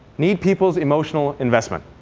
need people's emotional investment.